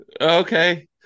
Okay